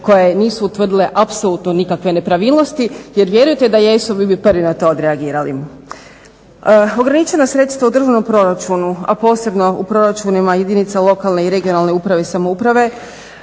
koje nisu utvrdile apsolutno nikakve nepravilnosti jer vjerujete da jesu vi bi prvi na to odreagirali. Ograničena sredstava u državnom proračunu, a posebno u proračunima jedinica lokalne i regionalne uprave i samouprave